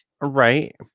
right